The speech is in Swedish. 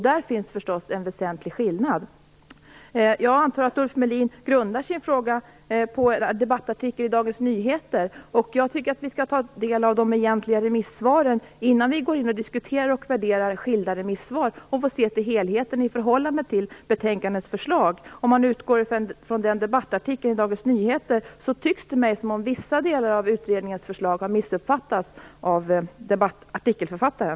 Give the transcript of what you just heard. Där finns förstås en väsentlig skillnad. Jag antar att Ulf Melin grundar sin fråga på en debattartikel i Dagens Nyheter. Jag tycker att vi skall ta del av de egentliga remissvaren innan vi går in och diskuterar och värderar enskilda remissvar. Vi får se till helheten i förhållande till betänkandets förslag. Om man utgår från debattartikeln i Dagens Nyheter tycks det mig som om vissa delar av utredningens förslag har missuppfattats av artikelförfattaren.